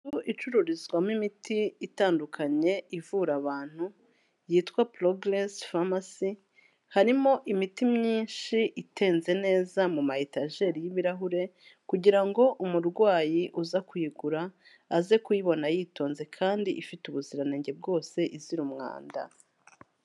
Icururizwamo imiti itandukanye ivura abantu yitwa progss famas harimo imiti myinshi itenze neza muma etageri y'ibirahure kugira ngo umurwayi uza kuyigura aze kuyibona yitonze kandi ifite ubuziranenge bwose izira umwanda.